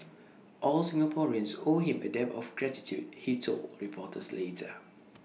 all Singaporeans owe him A debt of gratitude he told reporters later